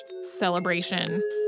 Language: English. celebration